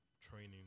training